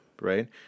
Right